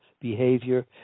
behavior